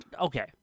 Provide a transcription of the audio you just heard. Okay